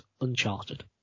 Uncharted